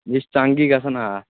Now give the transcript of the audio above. یہِ چھُ تَنٛگٕے گَژھان آ